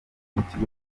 w’ikigo